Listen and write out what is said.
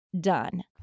done